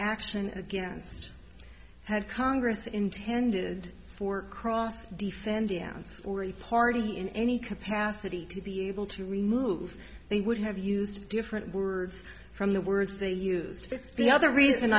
action against had congress intended for cross defending ounce or any party in any capacity to be able to remove they would have used different words from the words they used the other reason